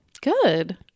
Good